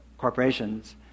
corporations